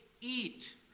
eat